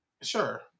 Sure